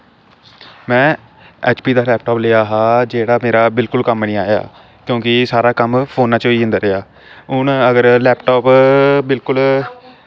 में H P दा laptop लेआ हा जेह्ड़ा मेरा बिल्कुल कम्म निं आया क्योंकि सारा कम्म फोन्ना च होई जंदा रेहा हून अगर लैपटाप बिल्कुल